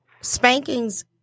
spankings